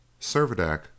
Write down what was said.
Servadac